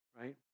right